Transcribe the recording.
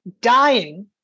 dying